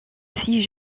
six